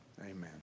Amen